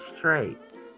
traits